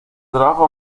trabajos